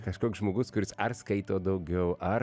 kažkoks žmogus kuris ar skaito daugiau ar